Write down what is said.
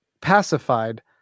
pacified